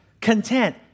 content